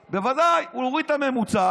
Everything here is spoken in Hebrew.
בוודאי, הוא הוריד את הממוצע